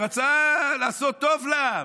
ורצו לעשות טוב לעם,